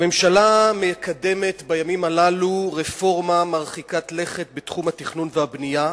הממשלה מקדמת בימים הללו רפורמה מרחיקת-לכת בתחום התכנון והבנייה,